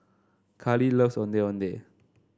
Carley loves Ondeh Ondeh